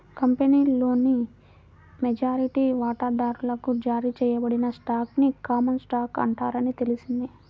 కంపెనీలోని మెజారిటీ వాటాదారులకు జారీ చేయబడిన స్టాక్ ని కామన్ స్టాక్ అంటారని తెలిసింది